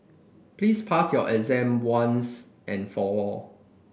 please pass your exam once and for all